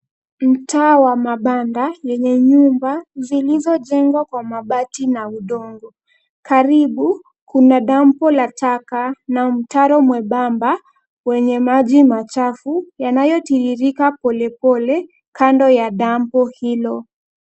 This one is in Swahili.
Mtaa wa mabanda lenye nyumba zilizojengwa kwa mabati na udongo. Karibu kuna dampo la taka na mtaro mwembamba wenye maji machafu yanayotiririka polepole kando ya dampo hilo.